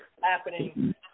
happening